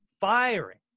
firing